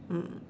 mm